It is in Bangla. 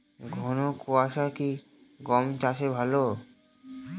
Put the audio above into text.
ঘন কোয়াশা কি গম চাষে ভালো?